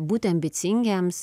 būti ambicingiems